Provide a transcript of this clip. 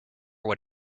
what